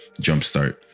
jumpstart